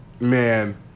Man